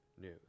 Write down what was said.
news